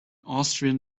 austrian